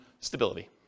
Stability